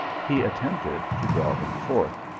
he attempted to draw them forth,